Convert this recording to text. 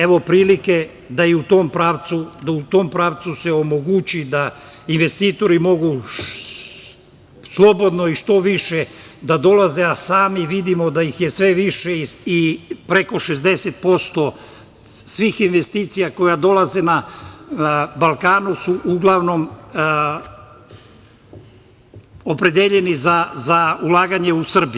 Evo prilike da se u tom pravcu omogući da investitori mogu slobodno i što više da dolaze, a sami vidimo da ih je sve više i preko 60% svih investicija koje dolaze na Balkanu su uglavnom opredeljeni za ulaganje u Srbiji.